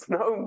no